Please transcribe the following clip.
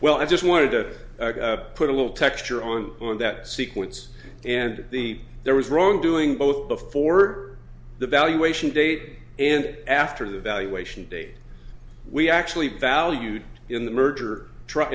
well i just wanted to put a little texture on on that sequence and the there was wrongdoing both before the valuation date and after the valuation date we actually valued in the merger truck